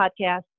podcast